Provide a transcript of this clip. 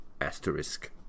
Asterisk